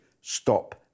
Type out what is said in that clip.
stop